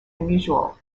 unusual